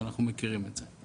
ואנחנו מכירים את זה.